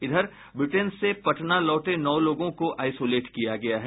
इधर ब्रिटेन से पटना लौटे नौ लोगों को आईसोलेट किया गया है